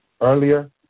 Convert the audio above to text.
earlier